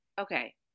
okay